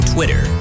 Twitter